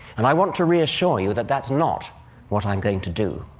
and i want to reassure you that that's not what i'm going to do.